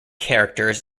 characters